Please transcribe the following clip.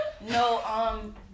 no